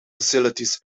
facilities